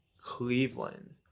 Cleveland